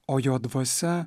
o jo dvasia